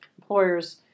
employers